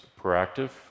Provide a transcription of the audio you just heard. proactive